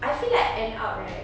I feel like end up right